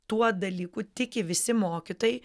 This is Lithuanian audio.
tuo dalyku tiki visi mokytojai